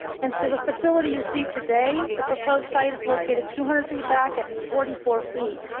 and so the facility you see today, the proposed site is located two hundred feet back at forty four feet.